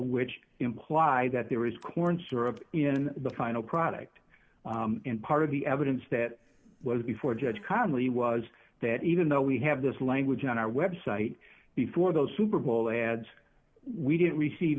which imply that there is corn syrup in the final product and part of the evidence that was before judge conley was that even though we have this language on our website before those super bowl ads we didn't receive